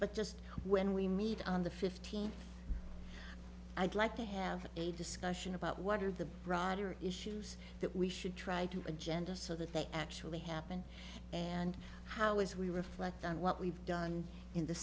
but just when we meet on the fifteenth i'd like to have a discussion about what are the broader issues that we should try to agenda so that they actually happen and how as we reflect on what we've done in the